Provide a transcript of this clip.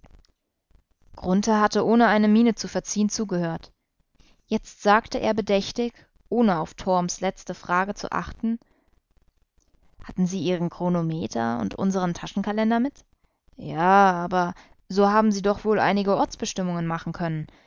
hatte ohne eine miene zu verziehen zugehört jetzt sagte er bedächtig ohne auf torms letzte frage zu achten hatten sie ihren chronometer und unsern taschenkalender mit ja aber so haben sie doch wohl einige ortsbestimmungen machen können